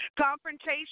Confrontation